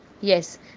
Yes